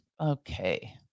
okay